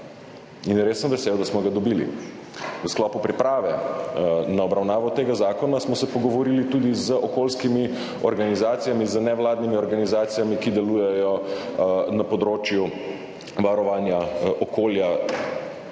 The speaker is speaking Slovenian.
In res sem vesel, da smo ga dobili. V sklopu priprave na obravnavo tega zakona smo se pogovorili tudi z okoljskimi organizacijami, z nevladnimi organizacijami, ki delujejo na področju varovanja okolja,